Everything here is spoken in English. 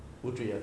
putri ah